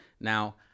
Now